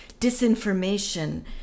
disinformation